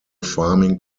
farming